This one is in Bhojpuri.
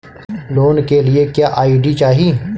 लोन के लिए क्या आई.डी चाही?